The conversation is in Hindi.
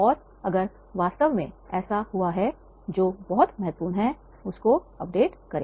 और अगर वास्तव में ऐसा हुआ है जो बहुत महत्वपूर्ण है उसको अपडेट करिए